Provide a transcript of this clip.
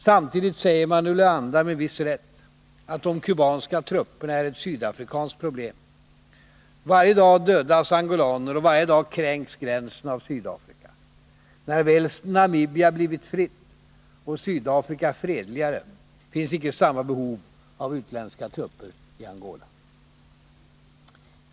Samtidigt säger man i Luanda, med viss rätt, att de kubanska trupperna är ett sydafrikanskt problem. Varje dag dödas angolaner och varje dag kränks gränsen av Sydafrika. När väl Namibia blivit fritt, och Sydafrika fredligare, finns icke samma behov av utländska trupper i Angola.